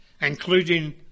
including